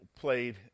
played